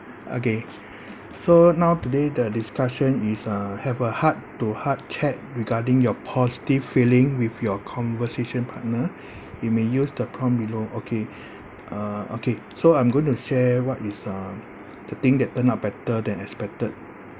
okay so now today the discussion is uh have a heart-to-heart chat regarding your positive feeling with your conversation partner you may use the prompt below okay uh okay so I'm going to share what is uh the thing that turn out better than expected